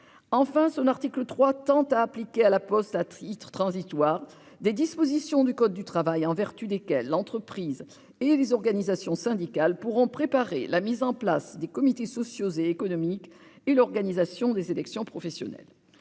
Enfin, son article 3 prévoit d'appliquer à La Poste, à titre transitoire, des dispositions du code du travail en vertu desquelles l'entreprise et les organisations syndicales pourront préparer la mise en place des CSE et l'organisation des élections professionnelles.